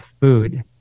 food